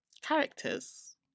characters